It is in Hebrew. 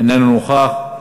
איננו נוכח,